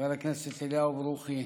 חבר הכנסת אליהו ברוכי,